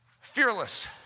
Fearless